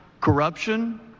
corruption